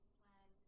plan